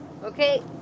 Okay